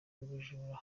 ubujura